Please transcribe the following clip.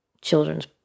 children's